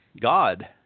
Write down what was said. God